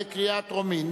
בקריאה טרומית.